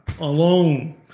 Alone